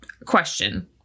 Question